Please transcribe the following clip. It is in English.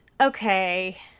okay